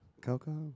Coco